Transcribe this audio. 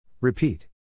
Repeat